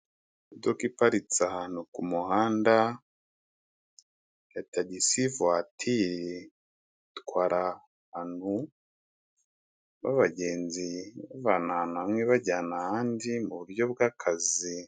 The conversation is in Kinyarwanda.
Imodoka iparitse ahantu ku muhanda, ya tagisi vuwatiri, itwara abantu b'abagenzi ibavana ahantu hamwe ibajyana ahandi mu buryo bw'akazi.